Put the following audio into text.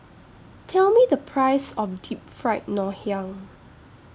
Tell Me The Price of Deep Fried Ngoh Hiang